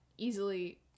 easily